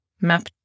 map